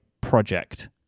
project